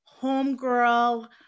homegirl